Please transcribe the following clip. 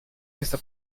questa